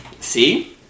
See